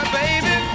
baby